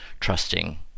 trusting